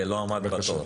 ולא עמד בתור.